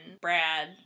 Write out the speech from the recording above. Brad